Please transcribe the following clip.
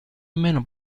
meno